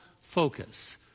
focus